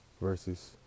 versus